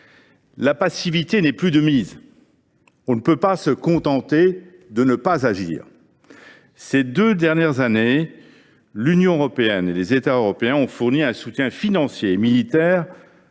La passivité n’est plus de mise. Nous ne pouvons pas nous contenter de ne pas agir. Ces deux dernières années, l’Union européenne et les États européens ont fourni un soutien financier et militaire